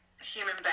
human